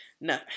no